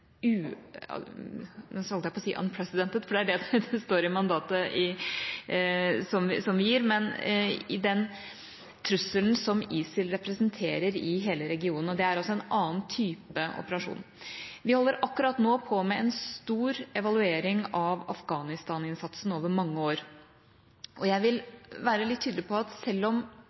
jeg holdt på å si «unprecedented», for det er det som står i mandatet som vi gir –trusselen som ISIL representerer i hele regionen, og det er altså en annen type operasjon. Vi holder akkurat nå på med en stor evaluering av Afghanistan-innsatsen over mange år, og jeg vil være tydelig på at selv om